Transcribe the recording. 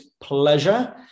pleasure